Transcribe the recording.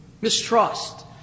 Mistrust